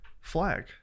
flag